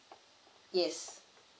yes